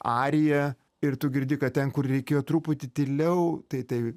ariją ir tu girdi kad ten kur reikėjo truputį tyliau tai tai